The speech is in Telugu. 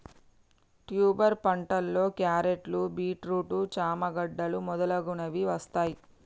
ట్యూబర్ పంటలో క్యారెట్లు, బీట్రూట్, చామ గడ్డలు మొదలగునవి వస్తాయ్